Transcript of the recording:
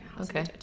Okay